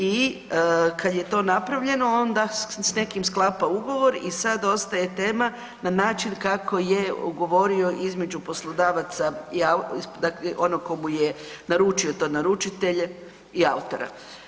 I kad je to napravljeno onda s nekim sklapa ugovor i sad ostaje tema na način kako je ugovorio između poslodavaca, dakle onog tko mu je naručio, to je naručitelj i autora.